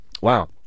Wow